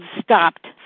stopped